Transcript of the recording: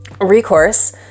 recourse